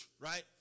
Right